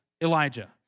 Elijah